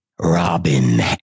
Robin